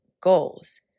goals